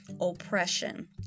oppression